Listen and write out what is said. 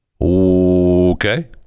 Okay